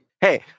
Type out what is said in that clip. Hey